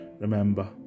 Remember